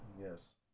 Yes